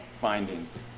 findings